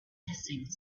hissing